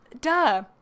duh